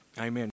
Amen